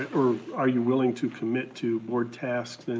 are you willing to commit to board tasks